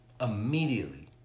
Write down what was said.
Immediately